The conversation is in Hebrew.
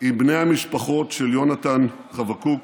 עם בני המשפחות של יונתן חבקוק,